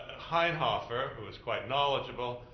ah hainhofer, who is quite knowledgeable,